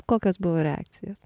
kokios buvo reakcijos